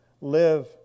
live